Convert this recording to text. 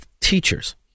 teachers